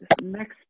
next